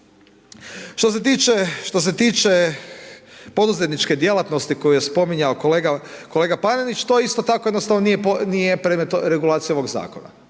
Što se tiče poduzetničke djelatnosti koju je spominjao kolega Panenić, to isto tako jednostavno nije predmet regulacije ovog zakona.